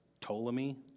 Ptolemy